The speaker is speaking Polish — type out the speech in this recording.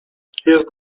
jest